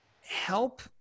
help